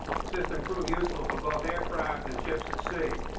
the system proved useful for both aircraft and ships at sea.